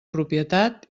propietat